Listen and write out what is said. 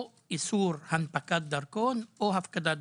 או איסור הנפקת דרכון או הפקדתו.